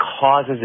causes